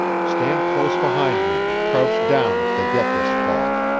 stand close behind me, and crouch down if they get this far.